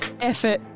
effort